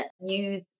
use